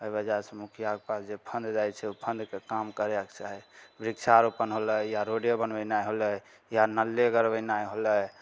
अइ वजहसँ मुखियाके पास जे फण्ड जाइ फण्डके काम करयके चाही वृक्षारोपण होलय या रोडे बनबेनाइ होलय या नाले गड़बेनाइ होलय